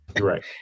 right